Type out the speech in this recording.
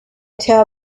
tell